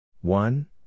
one